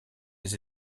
les